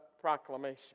proclamation